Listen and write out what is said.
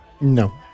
No